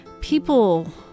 people